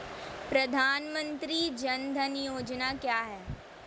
प्रधानमंत्री जन धन योजना क्या है?